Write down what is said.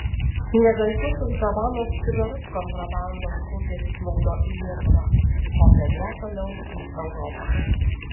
ne garsiuosius havanos cigarus kontrabandos upės plukdo į lietuvą o per ją toliau į europą